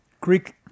Greek